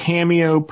Cameo